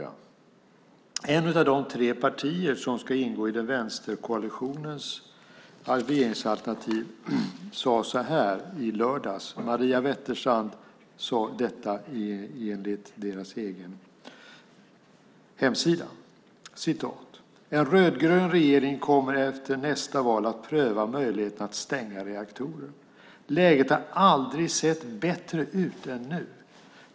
Maria Wetterstrand, som tillhör ett av de tre partier som ska ingå i vänsterkoalitionens regeringsalternativ, sade så här i lördags enligt Miljöpartiets egen hemsida: "En rödgrön regering kommer efter nästa val att pröva möjligheten att stänga reaktorer. Läget har aldrig sett bättre ut än nu.